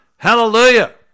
Hallelujah